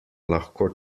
lahko